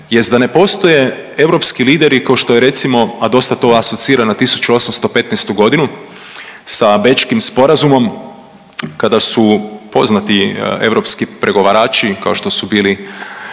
jest da ne postoje europski lideri kao što je recimo, a dosta to asocira na 1815.g. sa Bečkim sporazumom kada su poznati europski pregovarači kao što su bili